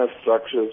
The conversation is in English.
structures